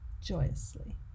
joyously